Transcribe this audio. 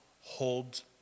holds